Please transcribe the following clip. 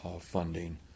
funding